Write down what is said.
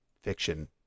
fiction